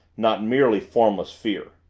not merely formless fear.